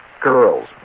Girls